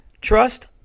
Trust